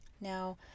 Now